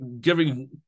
giving